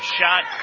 shot